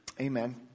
Amen